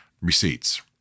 receipts